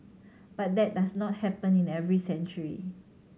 but that does not happen in every century